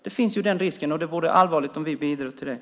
Den risken finns, och det vore allvarligt om vi bidrog till den.